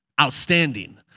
outstanding